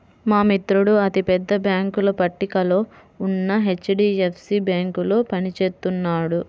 మా మిత్రుడు అతి పెద్ద బ్యేంకుల పట్టికలో ఉన్న హెచ్.డీ.ఎఫ్.సీ బ్యేంకులో పని చేస్తున్నాడు